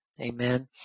Amen